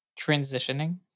transitioning